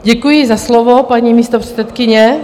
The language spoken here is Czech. Děkuji za slovo, paní místopředsedkyně.